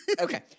Okay